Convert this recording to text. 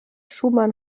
schumann